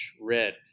red